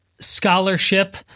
scholarship